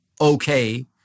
okay